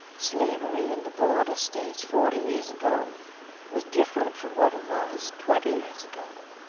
slavery in the border states forty years ago was different from what it was twenty years ago.